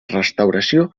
restauració